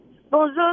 Bonjour